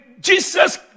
jesus